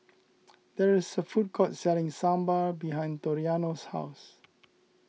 there is a food court selling Sambar behind Toriano's house